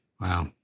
Wow